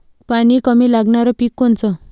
कमी पानी लागनारं पिक कोनचं?